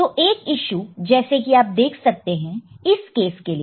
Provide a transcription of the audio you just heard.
तो एक यीशु जैसे कि आप देख सकते हैं इस केस के लिए